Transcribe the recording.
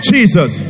Jesus